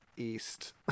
east